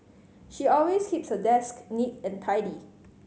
she always keeps her desk neat and tidy